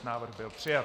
Návrh byl přijat.